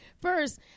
first